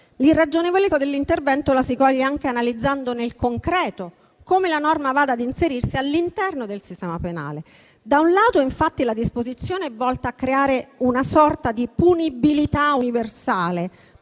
L'irragionevolezza dell'intervento la si coglie anche analizzando nel concreto come la norma vada ad inserirsi all'interno del sistema penale. Da un lato, infatti, la disposizione è volta a creare una sorta di punibilità universale